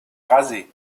rasée